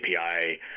API